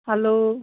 hello